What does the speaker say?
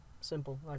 Simple